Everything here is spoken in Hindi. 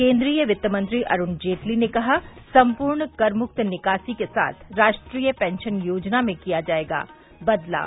केन्द्रीय वित्तमंत्री अरूण जेटली ने कहा संपूर्ण कर मुक्त निकासी के साथ राष्ट्रीय पेंशन योजना में किया जायेगा बदलाव